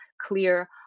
clear